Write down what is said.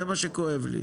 זה מה שכואב לי.